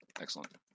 Excellent